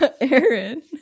Aaron